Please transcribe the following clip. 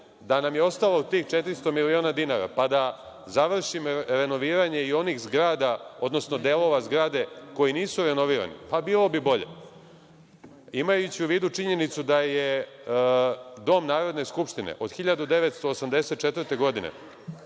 da nam je ostalo tih 400 miliona dinara, pa da završimo renoviranje i onih zgrada, odnosno delova zgrade koji nisu renovirane? Pa, bilo bi bolje, imajući u vidu činjenicu da je Dom Narodne skupštine od 1984. godine